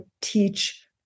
teach